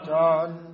done